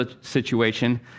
situation